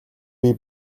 бие